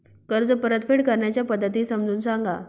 कर्ज परतफेड करण्याच्या पद्धती समजून सांगा